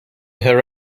her